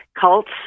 cults